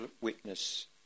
witness